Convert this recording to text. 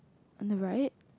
on the right